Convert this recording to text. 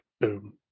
boom